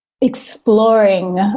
exploring